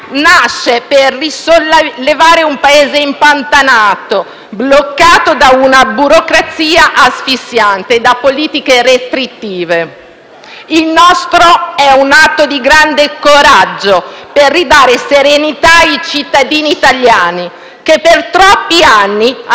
bloccato da una burocrazia asfissiante e da politiche restrittive. Il nostro è un atto di grande coraggio, per ridare serenità ai cittadini italiani, che per troppi anni hanno vissuto una politica di lacrime e sangue,